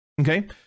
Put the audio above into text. Okay